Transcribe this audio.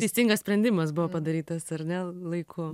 teisingas sprendimas buvo padarytas ar ne laiku